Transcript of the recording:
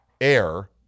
Air